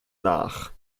nach